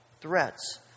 threats